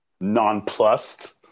nonplussed